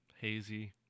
hazy